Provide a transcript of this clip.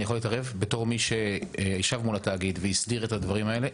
אני יכול להתערב בתור מי שישב מול התאגיד והסדיר את הדברים האלה.